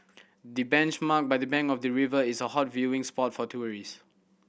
the benchmark by the bank of the river is a hot viewing spot for tourist